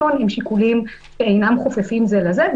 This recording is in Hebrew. הון זה שיקולים שאינם חופפים זה לזה,